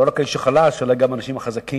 לא רק האיש החלש אלא גם האנשים החזקים.